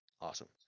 awesome